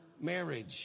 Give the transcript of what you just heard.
marriage